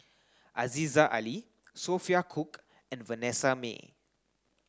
Aziza Ali Sophia Cooke and Vanessa Mae